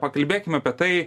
pakalbėkim apie tai